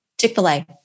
Chick-fil-A